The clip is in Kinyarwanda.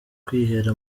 kwihera